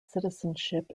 citizenship